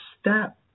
step